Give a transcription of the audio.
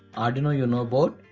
arduino uno board,